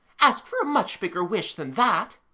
ask for a much bigger wish than that